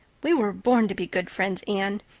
we were born to be good friends, anne.